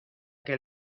que